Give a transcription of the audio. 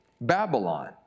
Babylon